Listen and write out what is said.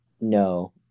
no